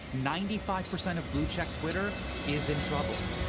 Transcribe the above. ninety five percent of blue check twitter is in trouble.